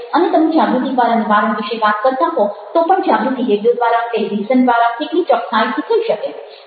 અને તમે જાગૃતિ દ્વારા નિવારણ વિશે વાત કરતા હો તો પણ જાગૃતિ રેડિયો દ્વારા ટેલિવિઝન દ્વારા કેટલી ચોકસાઈથી થઈ શકે